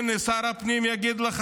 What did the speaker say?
הינה, שר הפנים יגיד לך.